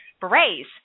berets